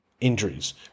injuries